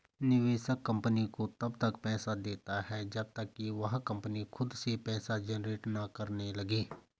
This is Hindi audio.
निवेशक कंपनी को तब तक पैसा देता है जब तक कि वह कंपनी खुद से पैसा जनरेट ना करने लगे